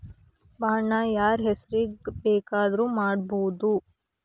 Bond ನ ಯಾರ್ಹೆಸ್ರಿಗ್ ಬೆಕಾದ್ರುಮಾಡ್ಬೊದು?